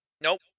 Nope